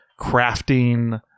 crafting